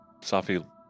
Safi